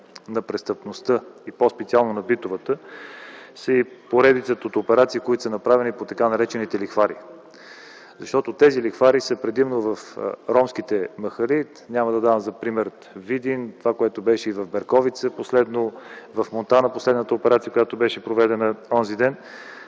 на престъпността и по-специално на битовата, са и поредицата от операции, които са направени по така наречените „Лихвари”. Тези „Лихвари” са предимно в ромските махали. Няма да давам за пример Видин, това, което беше в Берковица последно, последната операция в Монтана, която беше проведена онзи ден.